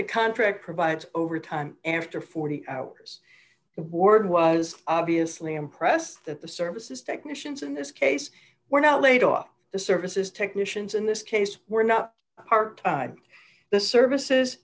the contract provides overtime after forty hours the board was obviously impressed that the services technicians in this case were not laid off the services technicians in this case were not part of the services